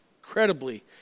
incredibly